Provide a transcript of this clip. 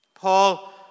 Paul